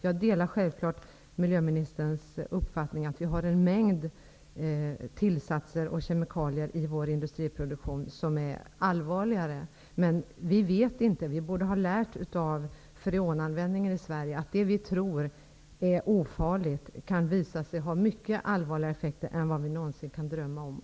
Jag delar självfallet miljöministerns uppfattning att vi har en mängd tillsatser och kemikalier i vår industriproduktion som är farligare. Men vi borde ha lärt oss av freonanvändningen i Sverige att sådant som vi tror är ofarligt kan visa sig få mycket allvarligare effekter än vad vi någonsin kan drömma om.